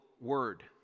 word